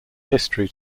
history